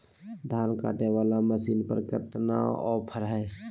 धान कटे बाला मसीन पर कतना ऑफर हाय?